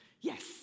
yes